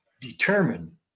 determine